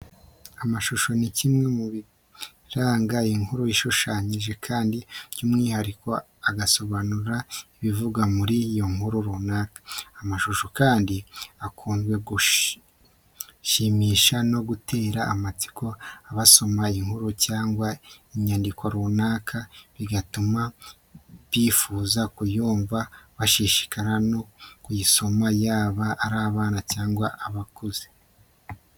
Amashusho ni kimwe mu biranga inkuru ishushanyije Kandi by'umwihariko agasobanura ibivugwa muri iyo nkuru runaka. Amashusho kandi akunze gushimisha no gutera amatsiko abasoma inkuru cyangwa inyandiko runaka bigatuma bifuza kuyumva bagashishikarira no kuyisoma yaba ari abana cyangwa abantu bakuze.